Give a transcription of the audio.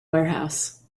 warehouse